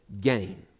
gain